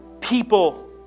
people